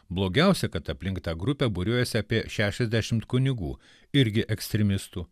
blogiausia kad aplink tą grupę būriuojasi apie šešiasdešimt kunigų irgi ekstremistų